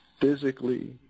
physically